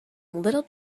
little